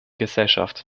gesellschaft